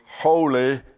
holy